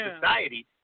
society